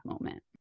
moment